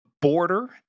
border